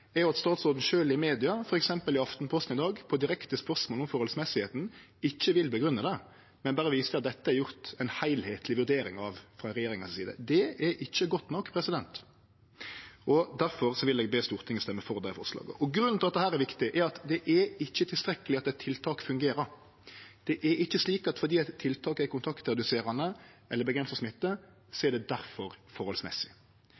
er det at statsråden sjølv i media, f.eks. i Aftenposten i dag, på direkte spørsmål om det forholdsmessige ikkje vil grunngje det, men berre viser til at det er gjort ei heilskapleg vurdering av det frå regjeringa. Det er ikkje godt nok, og difor vil eg be Stortinget røyste for det forslaget. Grunnen til at dette er viktig, er at det ikkje er tilstrekkeleg at eit tiltak fungerer. Det er ikkje slik at fordi eit tiltak er kontaktreduserande eller avgrensar smitte,